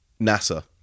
NASA